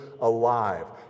alive